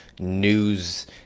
news